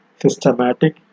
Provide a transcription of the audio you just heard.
systematic